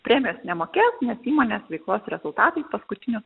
premijos nemokės nes įmonės veiklos rezultatai paskutiniu